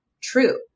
true